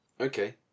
Okay